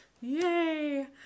Yay